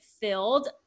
filled